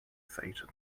satan